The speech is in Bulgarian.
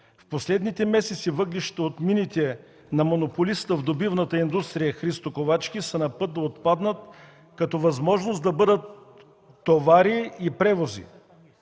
В последните месеци въглищата от мините на монополиста в добивната индустрия Христо Ковачки са на път да отпаднат като възможност да бъдат „Товари и превози”.